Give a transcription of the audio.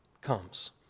comes